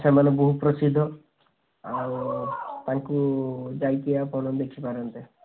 ସେମାନେ ବହୁ ପ୍ରସିଦ୍ଧ ଆଉ ତାଙ୍କୁ ଯାଇକି ଆପଣ ଦେଖିପାରନ୍ତେ